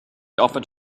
offered